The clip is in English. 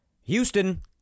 Houston